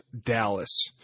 Dallas